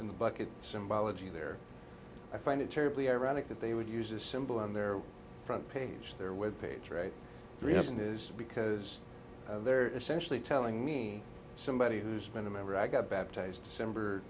in the bucket symbology there i find it terribly ironic that they would use a symbol on their front page their web page right reason is because they're essentially telling me somebody who's been a member i got baptized december